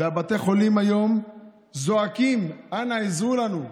ובתי החולים היום זועקים: אנא, עזרו לנו.